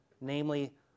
namely